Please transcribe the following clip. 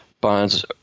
bonds